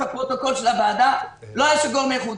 הפרוטוקול של הוועדה לא היה של גורמי חוץ.